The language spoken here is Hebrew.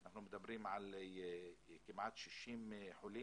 אנחנו מדברים על כמעט 60 חולים.